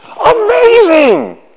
Amazing